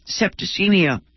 septicemia